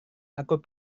aku